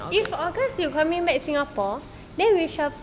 if august you coming back singapore then we shall